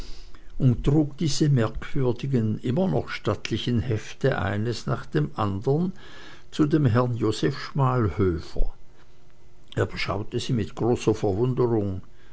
und trug diese merkwürdigen immer noch stattlichen hefte eines nach dem andern zu dem herren joseph schmalhöfer er beschaute sie mit großer verwunderung